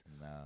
No